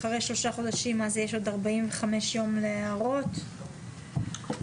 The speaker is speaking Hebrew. אחרי שלושה חודשים אז יש עוד 45 יום להערות, נכון?